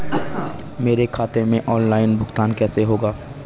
मेरे खाते में ऑनलाइन भुगतान कैसे होगा?